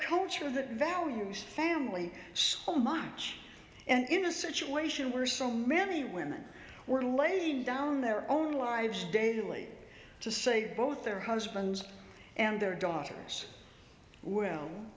culture that values family so much and in a situation where so many women were laying down their own lives daily to say both their husbands and their daughters well